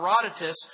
Herodotus